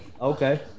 Okay